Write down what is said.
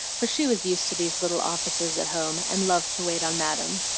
for she was used to these little offices at home, and loved to wait on madam.